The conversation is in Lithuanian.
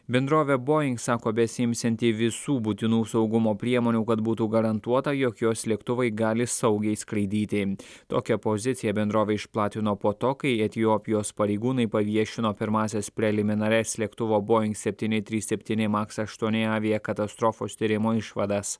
bendrovė boeing sako besiimsianti visų būtinų saugumo priemonių kad būtų garantuota jog jos lėktuvai gali saugiai skraidyti tokią poziciją bendrovė išplatino po to kai etiopijos pareigūnai paviešino pirmąsias preliminarias lėktuvo boeing septyni trys septyni maks aštuoni aviakatastrofos tyrimo išvadas